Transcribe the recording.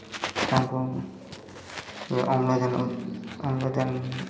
ତାଙ୍କୁ ଅମ୍ଳଜାନ ଅମ୍ଳଜାନ